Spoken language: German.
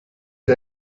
dir